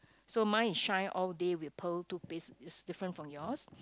so mine is shine all day with pearl toothpaste it's different from yours